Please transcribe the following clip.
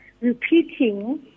repeating